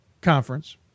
conference